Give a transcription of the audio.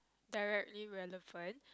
direct irrelevant